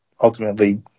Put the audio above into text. ultimately